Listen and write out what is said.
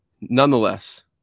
nonetheless